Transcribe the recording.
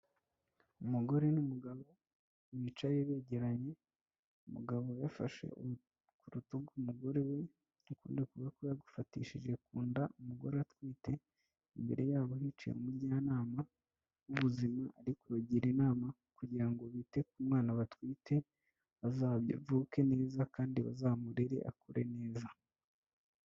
Umugore n'umugabo bicaye begeranye umugabo afashe ku rutugu rw'umugore we akunda ukundi kuboko yagufatishije ku nda umugore atwite, imbere yabo hicaye umujyanama w'ubuzima ari kubagira inama kugira ngo bite ku mwana batwite azavuke neza kandi bazamurere akure neza.